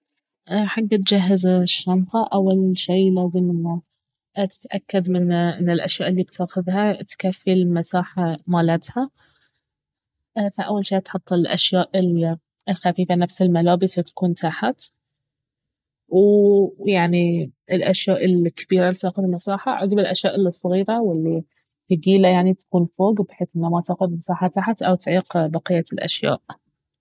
حق تجهز الشنطة اول شي لازم انه تتاكد من ان الأشياء الي بتاخذها تكفي المساحة مالتها فاول شي تحط الأشياء الخفيفة نفس الملابس تكون تحت ويعني الأشياء الكبيرة الي تأخذ مساحة عقب الأشياء الصغيرة والثقيلة يعني تكون فوق بحيث انه ما تأخذ مساحة تحت او تعيق بقية الاشياء